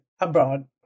abroad